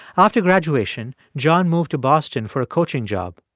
after graduation, john moved to boston for a coaching job.